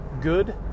good